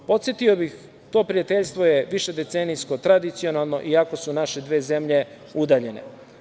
Podsetio bih, to prijateljstvo je višedecenijsko, tradicionalno iako su naše dve zemlje udaljene.